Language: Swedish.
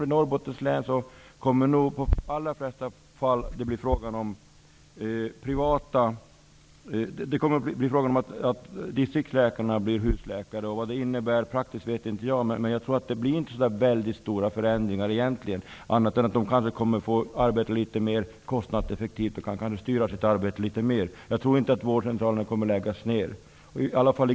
I Norrbottens län tror jag att det i de allra flesta fall kommer att bli fråga om att distriktsläkarna blir husläkare. Jag vet inte vad det innebär praktiskt, men jag tror inte att förändringarna egentligen kommer att bli så stora. Läkarna kanske kommer att få arbeta litet mera, bli mera kostnadseffektiva och kanske styra sitt arbete litet mer. Jag tror inte att vårdcentralerna kommer att läggas ner.